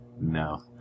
No